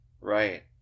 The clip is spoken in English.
Right